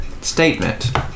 Statement